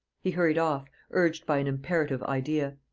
he hurried off, urged by an imperative idea.